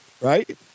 right